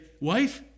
Wife